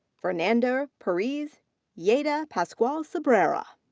fernanda perez yeda paschoal sobreira.